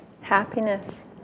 happiness